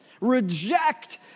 reject